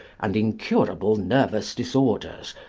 and incurable nervous disorders,